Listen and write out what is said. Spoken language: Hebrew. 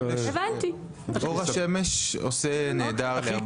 אור השמש עושה נהדר להרבה דברים.